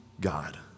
God